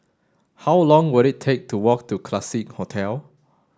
how long will it take to walk to Classique Hotel